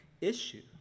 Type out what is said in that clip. issue